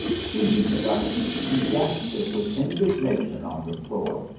seizing it up he dashed it with indigna tion on the floor.